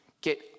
get